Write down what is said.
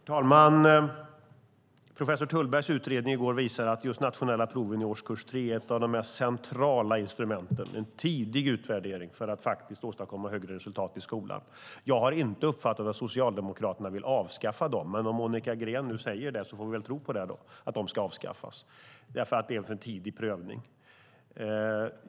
Herr talman! Professor Thullbergs utredning som kom i går visar att just nationella prov under årskurs 3 är ett av de mest centrala instrumenten, en tidig utvärdering för att faktiskt åstadkomma högre resultat i skolan. Jag har inte uppfattat att Socialdemokraterna vill avskaffa dem, men om Monica Green nu säger det får vi väl tro på att de ska avskaffas därför att det är en för tidig prövning.